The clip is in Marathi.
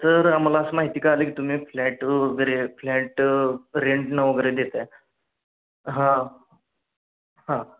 सर आम्हाला असं माहिती कळाली की तुम्ही फ्लॅट वगैरे फ्लॅट रेंटनं वगैरे देत आहे हां